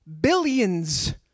billions